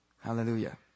Hallelujah